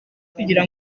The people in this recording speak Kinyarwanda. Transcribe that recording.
kugira